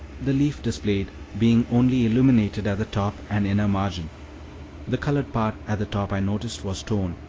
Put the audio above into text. the leaf displayed being only illuminated at the top and inner margin the colored part at the top i noticed was torn,